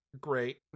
great